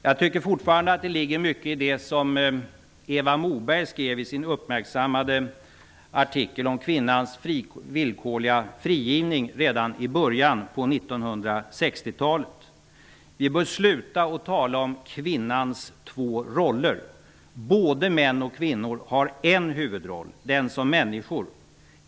Jag tycker fortfarande att det ligger mycket i det som Eva Moberg skrev i sin uppmärksammade artikel om kvinnans villkorliga frigivning redan i början på 1960-talet: Vi bör sluta att tala om kvinnans två roller. Både män och kvinnor har en huvudroll -- den som människor.